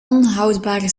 onhoudbare